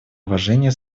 уважения